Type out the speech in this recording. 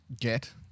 get